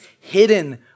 hidden